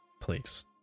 please